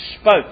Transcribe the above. spoke